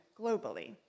globally